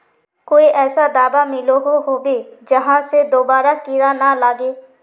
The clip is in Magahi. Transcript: कोई ऐसा दाबा मिलोहो होबे जहा से दोबारा कीड़ा ना लागे?